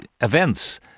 events